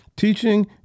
teaching